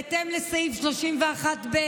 בהתאם לסעיף 31(ב)